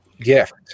gift